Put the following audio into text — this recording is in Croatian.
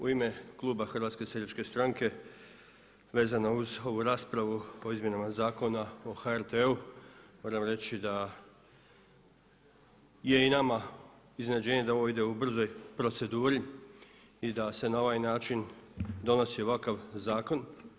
U ime kluba HSS-a vezano uz ovu raspravu o izmjenama Zakona o HRT-u moram reći da je i nama iznenađenje da ovo ide u brzoj proceduri i da se na ovaj način donosi ovakav zakon.